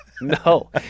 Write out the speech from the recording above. No